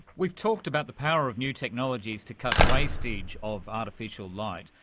we've talked about the power of new technologies to cut wastage of artificial light.